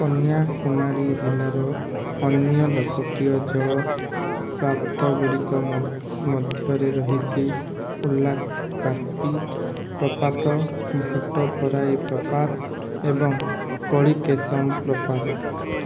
କନ୍ୟାକୁମାରୀ ଜିଲ୍ଲାର ଅନ୍ୟ ଲୋକପ୍ରିୟ ଜଳପ୍ରପାତ ଗୁଡ଼ିକ ମଧ୍ୟରେ ରହିଚି ଉଲ୍ଲାକାର୍ପି ପ୍ରପାତ ଭଟ୍ଟପରାଇ ପ୍ରପାତ ଏବଂ କଳିକେଶମ୍ ପ୍ରପାତ